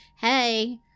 Hey